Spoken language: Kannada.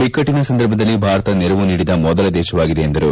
ಬಿಕ್ಕಟ್ಟಿನ ಸಂದರ್ಭದಲ್ಲಿ ಭಾರತ ನೆರವು ನೀಡಿದ ಮೊದಲ ದೇಶವಾಗಿದೆ ಎಂದರು